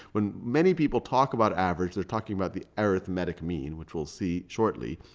when many people talk about average, they're talking about the arithmetic mean, which we'll see shortly.